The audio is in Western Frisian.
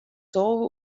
tolve